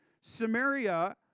Samaria